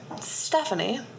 Stephanie